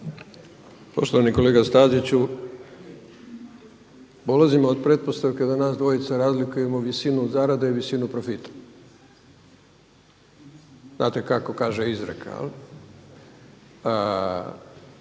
Poštovani kolega Staziću, polazimo od pretpostavke da nas dvojca razlikujemo visinu zarade i visinu profita. Znate kako kaže izreka,